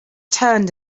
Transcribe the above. turned